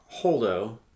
Holdo